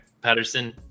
Patterson